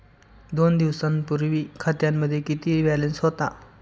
दोन दिवसांपूर्वी खात्यामध्ये किती बॅलन्स होता?